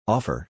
Offer